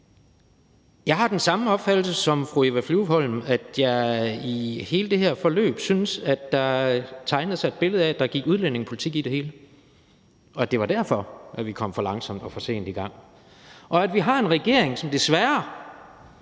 Jeg har den samme opfattelse som fru Eva Flyvholm: at jeg i hele det her forløb synes, at der tegner sig et billede af, at der gik udlændingepolitik i det hele, og at det var derfor, vi kom for langsomt og for sent i gang, og at vi har en regering, som desværre